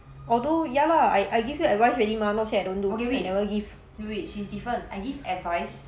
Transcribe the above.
although ya lah I I give you advice already mah not say I don't do it never give